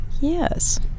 Yes